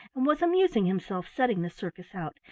and was amusing himself setting the circus out,